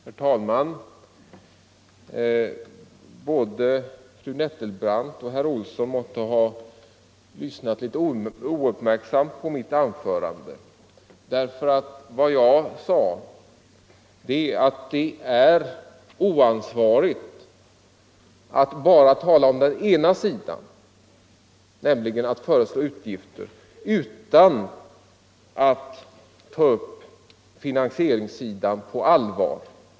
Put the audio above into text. Herr talman! Både fru Nettelbrandt och herr Olsson i Kil måtte ha lyssnat litet ouppmärksamt på mitt anförande, för vad jag sade var att det är oansvarigt att bara tala om den ena sidan och föreslå utgifter utan att ta upp finansieringssidan på allvar.